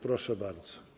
Proszę bardzo.